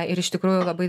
ir iš tikrųjų labai